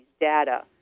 data